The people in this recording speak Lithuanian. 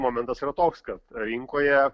momentas yra toks kad rinkoje